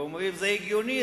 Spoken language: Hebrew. ואומרים: זה הגיוני,